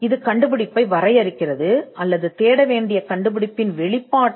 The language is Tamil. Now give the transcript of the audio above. இது கண்டுபிடிப்பை வரையறுக்கிறது அல்லது தேட வேண்டிய கண்டுபிடிப்பின் வெளிப்பாடு